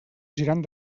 girant